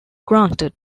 granted